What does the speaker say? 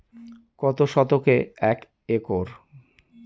কত শতকে এক একর?